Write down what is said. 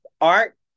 art